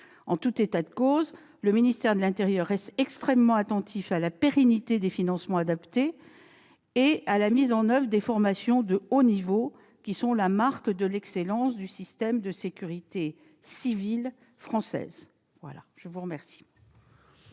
En tout état de cause, le ministère de l'intérieur reste extrêmement attentif à la pérennité de financements adaptés à la mise en oeuvre des formations de haut de niveau qui sont la marque de l'excellence du système français de sécurité civile. La parole est à M.